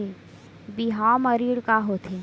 बिहाव म ऋण का होथे?